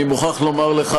אני מוכרח לומר לך,